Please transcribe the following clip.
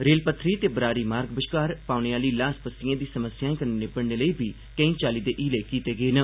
रेलपत्थरी ते बरारीमार्ग बश्कार पौने आह्ली ल्हास पस्सियें दी समस्याएं कन्नै निब्बड़ने लेई बी केईं चाल्ली दे हले कीते गे न